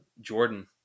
Jordan